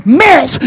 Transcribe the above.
mess